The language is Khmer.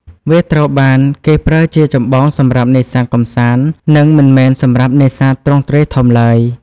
វាត្រូវបានគេប្រើជាចម្បងសម្រាប់នេសាទកម្សាន្ត និងមិនមែនសម្រាប់នេសាទទ្រង់ទ្រាយធំឡើយ។